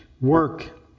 work